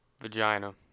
vagina